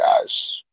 guys